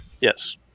Yes